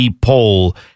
poll